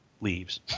leaves